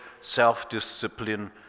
self-discipline